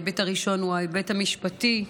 ההיבט הראשון הוא ההיבט המשפטי.